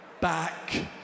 back